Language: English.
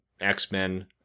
X-Men